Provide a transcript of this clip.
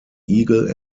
eagle